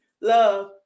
Love